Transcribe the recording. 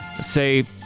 Say